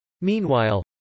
Meanwhile